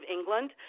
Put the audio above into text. England